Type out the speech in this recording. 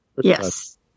Yes